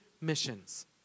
missions